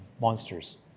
monsters